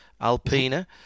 Alpina